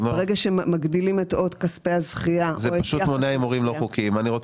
ברגע שמגדילים או את כספי הזכייה או את יחס הזכייה.